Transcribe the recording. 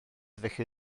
felly